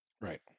Right